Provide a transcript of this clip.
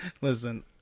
Listen